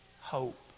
Hope